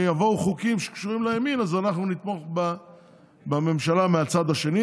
כשיבואו חוקים שקשורים לימין אז אנחנו נתמוך בממשלה מהצד השני,